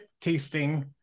tasting